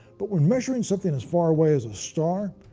but when measuring something as far away as a star,